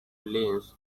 lynch